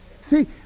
See